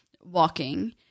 walking